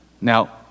Now